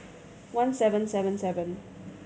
one seven seven seven